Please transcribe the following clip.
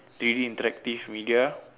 three D interactive media